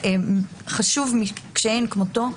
חשוב שאין כמותו.